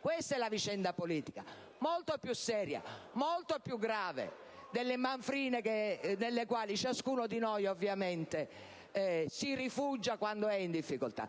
Questa è la vicenda politica, molto più seria, molto più grave delle manfrine nelle quali ciascuno di noi si rifugia quando è in difficoltà.